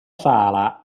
sala